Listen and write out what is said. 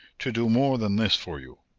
to do more than this for you.